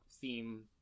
theme